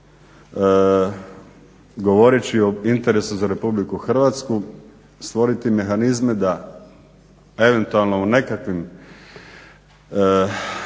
govoreći o interesu za RH stvoriti mehanizme da eventualno u nekakvim